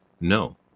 no